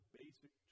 basic